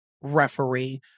referee